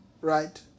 right